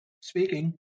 speaking